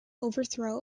overthrow